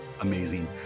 Amazing